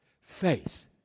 Faith